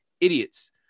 idiots